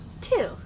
Two